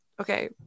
okay